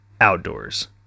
outdoors